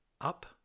up